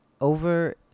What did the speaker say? over